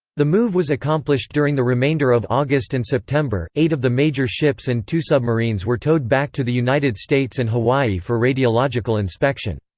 the move was accomplished during the remainder of august and september eight of the major ships and two submarines were towed back to the united states and hawaii for radiological inspection.